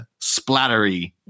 splattery